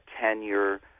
tenure